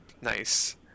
nice